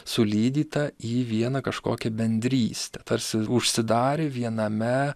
sulydyta ji vieną kažkokią bendrystę tarsi užsidarė viename